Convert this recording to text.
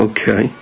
Okay